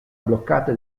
bloccate